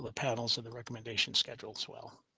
but panels and the recommendation scheduled swell.